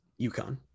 UConn